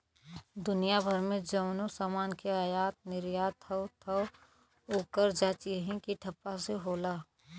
दुनिया भर मे जउनो समान के आयात निर्याट होत हौ, ओकर जांच यही के ठप्पा से होला